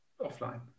offline